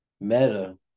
Meta